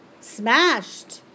Smashed